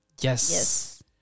Yes